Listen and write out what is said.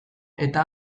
eta